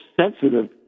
sensitive